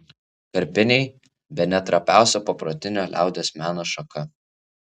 karpiniai bene trapiausia paprotinio liaudies meno šaka